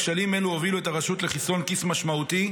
כשלים אלו הובילו את הרשות לחיסרון כיס משמעותי,